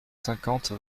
cinquante